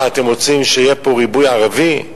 מה, אתם רוצים שיהיה פה ריבוי ערבי?